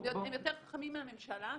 הם יותר חכמים מהממשלה אפילו.